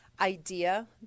idea